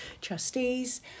trustees